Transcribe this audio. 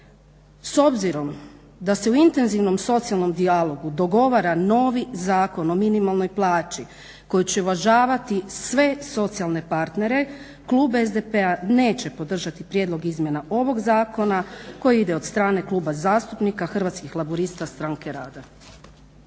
S obzirom da se u intenzivnom socijalnom dijalogu dogovara novi Zakon o minimalnoj plaći koji će uvažavati sve socijalne partnere klub SDP-a neće podržati prijedlog izmjena ovog zakona koji ide od strane Kluba zastupnika Hrvatskih laburista stranke rada.